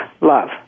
love